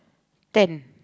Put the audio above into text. ten